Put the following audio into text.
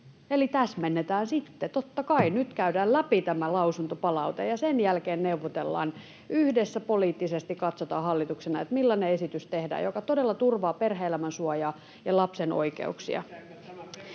Eli täsmennetään sitten, totta kai — nyt käydään läpi tämä lausuntopalaute, ja sen jälkeen neuvotellaan. Yhdessä poliittisesti katsotaan hallituksena, [Leena Meri: Kyllä, kyllä!] millainen esitys tehdään, joka todella turvaa perhe-elämän suojaa ja lapsen oikeuksia.